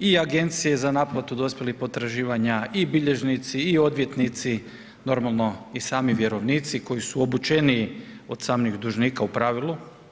i agencije za naplatu dospjelih potraživanja i bilježnici i odvjetnici, normalno i sami vjerovnici koji su obučeniji od samih dužnika u pravilu.